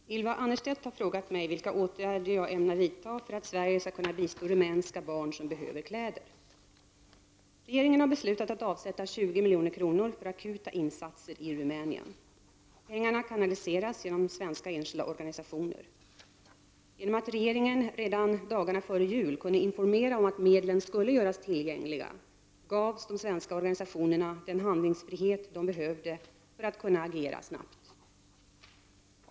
Herr talman! Ylva Annerstedt har frågat mig vilka åtgärder jag ämnar vidta för att Sverige skall kunna bistå rumänska barn som behöver kläder. Regeringen har beslutat att avsätta 20 milj.kr. för akuta insatser i Rumänien. Pengarna kanaliseras genom svenska enskilda organisationer. Genom att regeringen redan dagarna före jul kunde informera om att medlen skulle göras tillgängliga gavs de svenska organisationerna den handlingsfrihet som de behövde för att kunna agera snabbt.